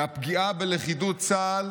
והפגיעה בלכידות צה"ל